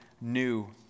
new